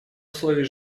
условий